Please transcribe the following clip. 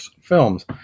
films